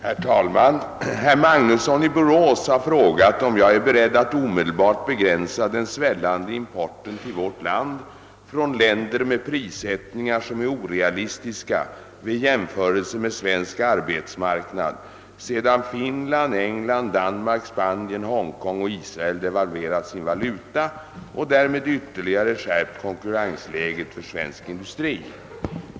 Herr talman! Herr Magnusson i Borås har frågat, om jag är beredd att omedelbart begränsa den svällande importen till vårt land från länder med prissättningar som är orealistiska vid jämförelser med svensk arbetsmarknad, sedan Finland, England, Danmark, Spanien, Hongkong och Israel devalverat sin valuta och därmed ytterligare skärpt konkurrensläget för svensk industri.